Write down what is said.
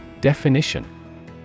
Definition